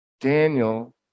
Daniel